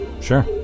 Sure